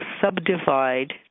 subdivide